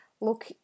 look